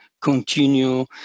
continue